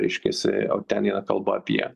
reiškiasi ten yra kalba apie